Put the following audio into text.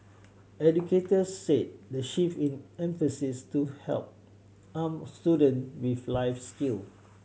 educators said the shift in emphasis to help arm student with life skill